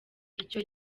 icyo